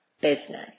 business